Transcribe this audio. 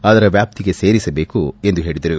ಅದರ ವ್ಯಾಪ್ತಿಗೆ ಸೇರಿಸಬೇಕು ಎಂದು ಹೇಳಿದರು